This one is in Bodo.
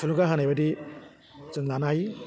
थुलुंगा होनायबादि जों लानो हायो